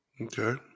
Okay